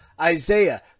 Isaiah